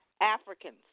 Africans